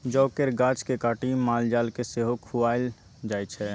जौ केर गाछ केँ काटि माल जाल केँ सेहो खुआएल जाइ छै